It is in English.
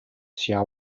hsiao